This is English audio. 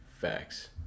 Facts